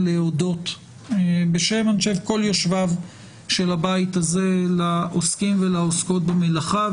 להודות בשם כל יושביו של הבית הזה לעוסקים ולעוסקות במלאכה.